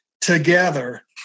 together